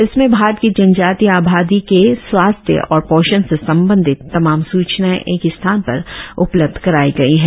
इसमें भारत की जनजातीय आबादी के स्वास्थ्य और पोषण से संबंधित तमाम सूचनाएं एक ही स्थान पर उपलब्ध कराई गई है